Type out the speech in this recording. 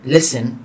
Listen